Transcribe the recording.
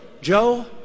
Joe